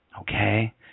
Okay